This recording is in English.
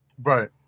Right